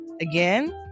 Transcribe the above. Again